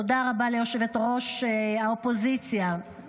תודה רבה ליושבת-ראש האופוזיציה,